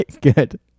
good